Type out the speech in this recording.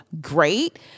great